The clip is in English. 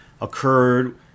occurred